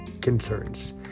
concerns